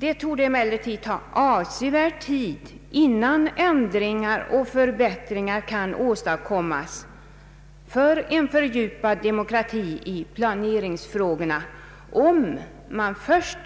Det torde emellertid ta avsevärd tid, innan ändringar och förbättringar kan åstadkommas för en fördjupad demokrati i planeringsfrågorna, om man först